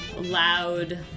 loud